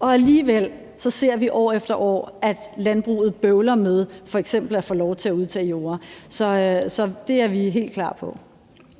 Og alligevel ser vi år efter år, at landbruget bøvler med f.eks. at få lov til at udtage jorder. Så det er vi helt klar på.